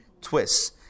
twists